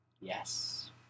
yes